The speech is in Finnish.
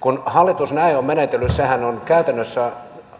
kun hallitus näin on menetellyt sehän on käytännössä